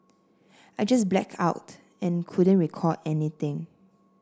I just black out and couldn't recall anything